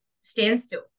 standstill